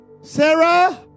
Sarah